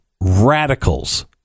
radicals